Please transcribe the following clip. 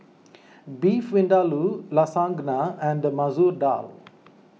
Beef Vindaloo Lasagna and Masoor Dal